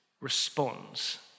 responds